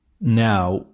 now